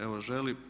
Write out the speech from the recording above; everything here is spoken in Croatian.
Evo želi.